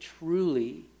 truly